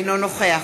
אינו נוכח